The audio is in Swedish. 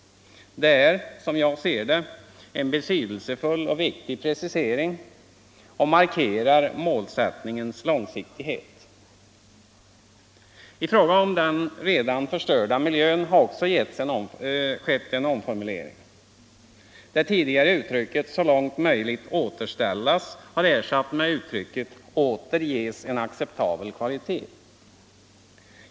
Det är, som jag ser det, en betydelsefull och viktig precisering och markerar målsättningens långsiktighet. I fråga om den redan förstörda miljön har det också skett en omformulering. Det tidigare uttrycket ”så långt möjligt återställas” har ersatts med uttrycket ”åter ges en acceptabel kvalitet”.